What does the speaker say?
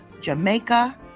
Jamaica